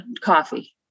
coffee